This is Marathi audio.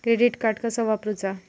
क्रेडिट कार्ड कसा वापरूचा?